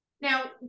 Now